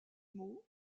mots